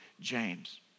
James